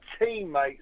teammates